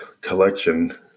collection